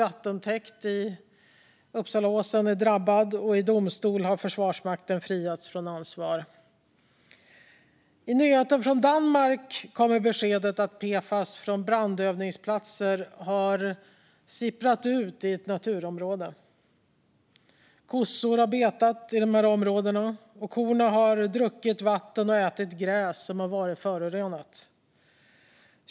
Vattentäkten i Uppsalaåsen är drabbad, och i domstol har Försvarsmakten friats från ansvar. I nyheter från Danmark kommer beskedet att PFAS från brandövningsplatser har sipprat ut i ett naturområde. Kossor har betat i områdena, och korna har druckit vatten och ätit gräs som har varit förorenat.